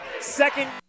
second